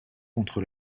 contre